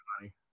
money